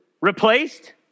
Replaced